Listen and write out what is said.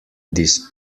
this